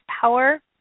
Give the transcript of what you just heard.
power